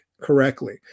correctly